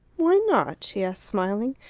why not? she asked, smiling.